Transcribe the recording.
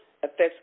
affects